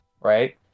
Right